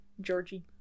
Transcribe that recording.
Georgie